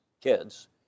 kids